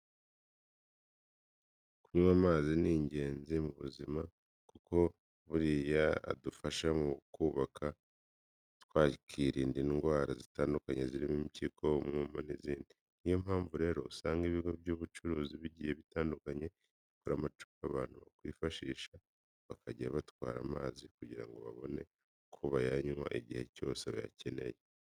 Kunywa amazi ni ingenzi mu buzima kuko buriya adufasha mu kuba twakirinda indwara zitandukanye zirimo impyiko, umwuma n'izindi. Ni yo mpamvu rero usanga ibigo by'ubucuruzi bigiye bitandukanye bikora amacupa abantu bakwifashisha, bakajya batwara amazi kugira ngo babone uko bayanywa igihe cyose bayakenereye.